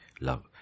Love